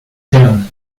ternes